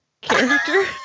character